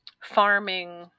farming